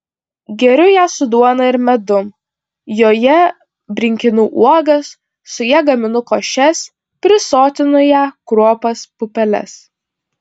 geriu ją su duona ir medum joje brinkinu uogas su ja gaminu košes prisotinu ja kruopas pupeles